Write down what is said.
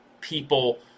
people